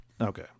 okay